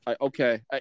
Okay